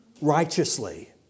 righteously